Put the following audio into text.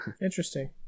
Interesting